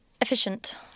efficient